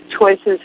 choices